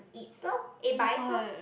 eats lor eh buys lor